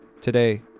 Today